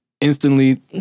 Instantly